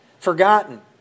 forgotten